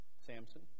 Samson